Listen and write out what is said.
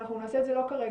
אנחנו נעשה את זה לא כרגע,